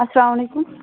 اسلامُ علیکُم